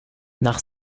nach